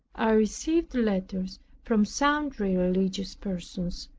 i received letters from sundry religious persons,